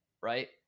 Right